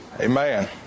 Amen